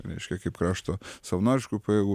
reiškia kaip krašto savanoriškų pajėgų